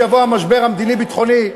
כשיבוא משבר מדיני-ביטחוני,